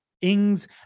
Ings